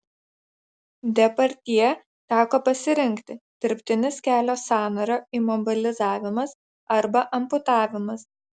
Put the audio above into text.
depardjė teko pasirinkti dirbtinis kelio sąnario imobilizavimas arba amputavimas